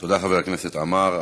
תודה, חבר הכנסת עמאר.